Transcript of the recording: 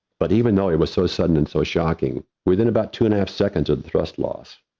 but even though it was so sudden and so shocking, within about two and a half seconds of the thrust loss,